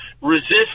Resist